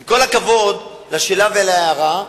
עם כל הכבוד לשאלה ולהערה,